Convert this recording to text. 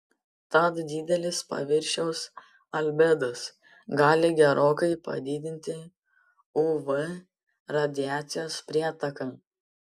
tad didelis paviršiaus albedas gali gerokai padidinti uv radiacijos prietaką